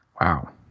Wow